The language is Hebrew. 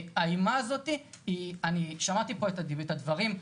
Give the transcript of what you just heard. והאימה הזאת היא אני שמעתי פה את הדברים.